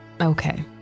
okay